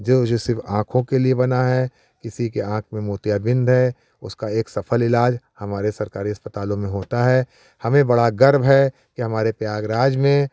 जो जो सिर्फ आँखों के लिए बना है किसी के आंखों में मोतीयाबिंद है उसका एक सफल इलाज हमारे सरकारी अस्पतालों में होता है हमें बड़ा गर्व है कि हमारे प्रयागराज में